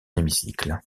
hémicycle